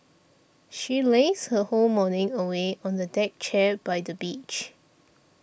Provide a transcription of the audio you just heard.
she lazed her whole morning away on a deck chair by the beach